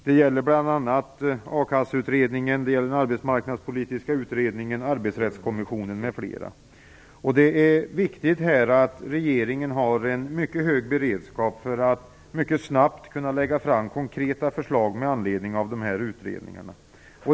Det gäller bl.a. a-kasseutredningen, Arbetsmarknadspolitiska utredningen och Arbetsrättskommissionen. Det är viktigt att regeringen har en mycket hög beredskap för att mycket snabbt lägga fram konkreta förslag med anledning av dessa utredningar.